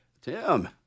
Tim